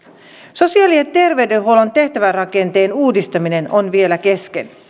sosiaali ja terveydenhuollon tehtävärakenteen uudistaminen on vielä kesken